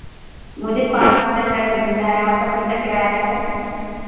मुझे पार्क चलना है घूमना है आपका कितना किराया है